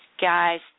Guys